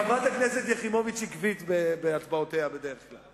חברת הכנסת יחימוביץ עקבית בהצבעותיה בדרך כלל.